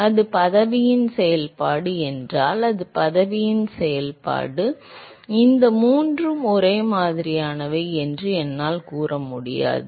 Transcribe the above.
அது பதவியின் செயல்பாடு என்றால் அது பதவியின் செயல்பாடு என்றால் இந்த மூன்றும் ஒரே மாதிரியானவை என்று என்னால் கூற முடியாது